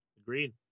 Agreed